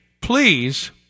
please